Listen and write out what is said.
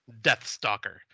Deathstalker